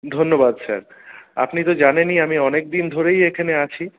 ধন্যবাদ স্যার আপনি তো জানেনই আমি অনেক দিন ধরেই এইখানে আছি